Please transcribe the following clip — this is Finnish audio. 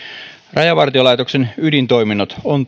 rajavartiolaitoksen ydintoiminnot on